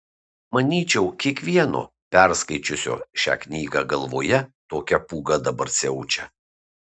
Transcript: manyčiau kiekvieno perskaičiusio šią knygą galvoje tokia pūga dabar siaučia